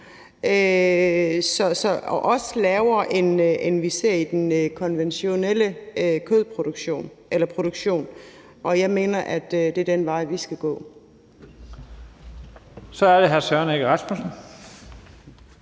også lavere, end vi ser i den konventionelle produktion. Og jeg mener, at det er den vej, vi skal gå. Kl. 12:55 Første næstformand